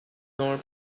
ignore